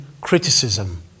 criticism